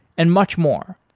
and much more.